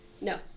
No